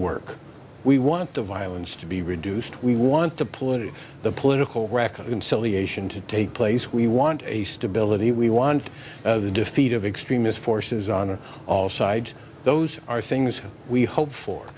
work we want the violence to be reduced we want to politicize the political reconciliation to take place we want a stability we want the defeat of extremist forces on all sides those are things we hope for